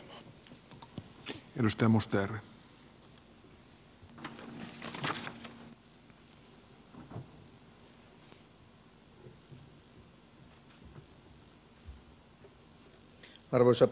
arvoisa puhemies